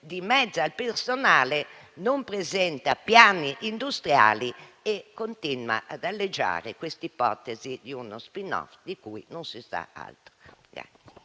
dimezza il personale, non presenta piani industriali e continua ad aleggiare l'ipotesi di uno *spin-off* di cui non si sa altro.